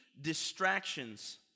distractions